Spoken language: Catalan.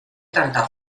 tanta